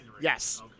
Yes